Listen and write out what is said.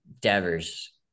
Devers